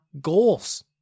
goals